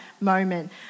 moment